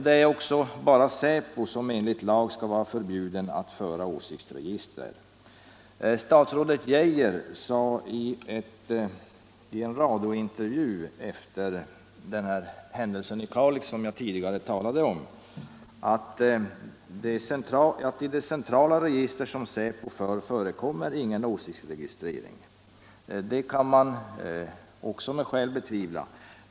Det är också bara säpo som enligt lag skall vara förbjuden att föra åsiktsregister. Statsrådet Geijer sade i en radiointervju efter den händelse i Kalix som jag tidigare talade om, att i det centrala register som säpo för finns inte någon åsiktsregistrering. Det kan man också med skäl betvivla.